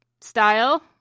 style